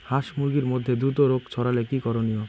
হাস মুরগির মধ্যে দ্রুত রোগ ছড়ালে কি করণীয়?